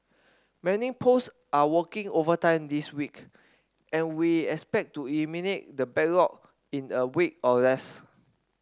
many post are working overtime this week and we expect to eliminate the backlog in a week or less